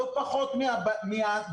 לא פחות מהבנים,